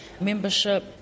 membership